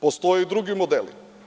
Postoje i drugi modeli.